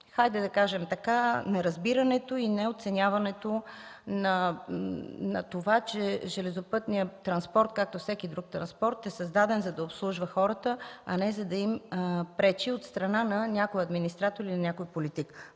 благодарение на неразбирането и неоценяването на това, че железопътният транспорт, както всеки друг транспорт, е създаден, за да обслужва хората, а не за да им пречи от страна на някой администратор или някой политик.